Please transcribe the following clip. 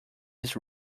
his